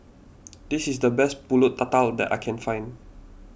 this is the best Pulut Tatal that I can find